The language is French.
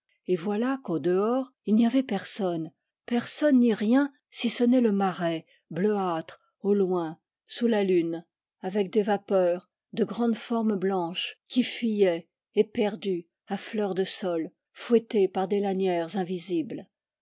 et voilà qu'au dehors il n'y avait personne personne ni rien si ce n'est le marais bleuâtre au loin sous la lune avec des vapeurs de grandes formes blanches qui fuyaient éperdues à fleur de sol fouettées par des lanières invisibles